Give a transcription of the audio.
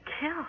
Kill